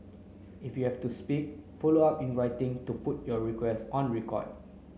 if you have to speak follow up in writing to put your request on record